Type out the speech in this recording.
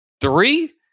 Three